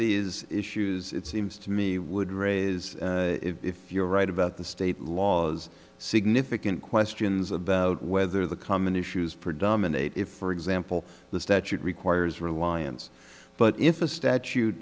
these issues it seems to me would raise if you're right about the state laws significant questions about whether the common issues predominate if for example the statute requires reliance but if a statute